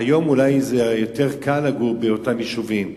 היום אולי יותר קל לגור באותם יישובים,